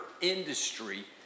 industry